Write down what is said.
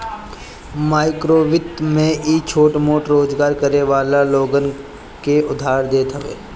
माइक्रोवित्त में इ छोट मोट रोजगार करे वाला लोगन के उधार देत हवे